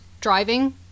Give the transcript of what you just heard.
driving